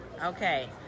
Okay